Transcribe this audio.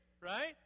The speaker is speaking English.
right